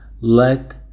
let